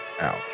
out